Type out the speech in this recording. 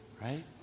right